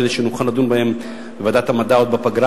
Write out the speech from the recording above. כדי שנוכל לדון בהן בוועדת המדע עוד בפגרה